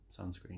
sunscreen